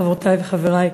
חברותי וחברי,